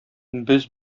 без